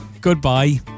goodbye